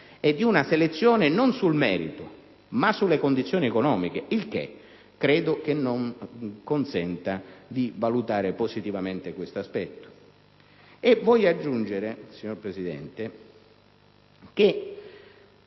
e di una selezione non sul merito ma sulle condizioni economiche, il che credo non consenta di valutare positivamente questo aspetto. Vorrei aggiungere poi, signora Presidente, che